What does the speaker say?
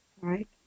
Right